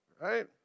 Right